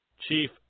Chief